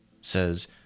says